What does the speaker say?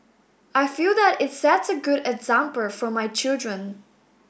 I feel that it sets a good example for my children